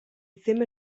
ddim